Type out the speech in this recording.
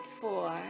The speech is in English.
four